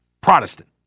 Protestant